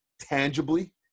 tangibly